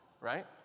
Right